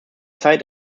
zeit